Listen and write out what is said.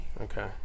Okay